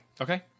Okay